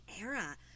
era